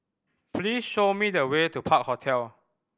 please show me the way to Park Hotel